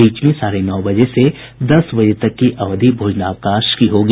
बीच में साढ़े नौ बजे से दस बजे तक की अवधि भोजनावकाश की होगी